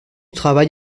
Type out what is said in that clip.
travail